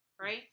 Right